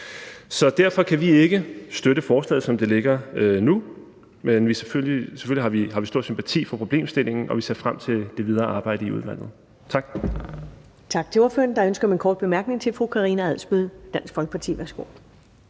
Så derfor kan vi ikke støtte forslaget, som det ligger nu. Men selvfølgelig har vi stor sympati for problemstillingen, og vi ser frem til det videre arbejde i udvalget. Tak.